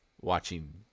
watching